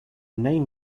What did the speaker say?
name